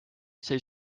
sai